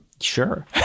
Sure